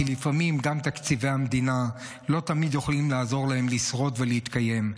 כי לפעמים תקציבי המדינה לא תמיד יכולים לעזור להם לשרוד ולהתקיים.